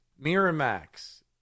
Miramax